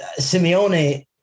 Simeone